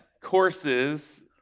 courses